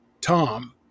Tom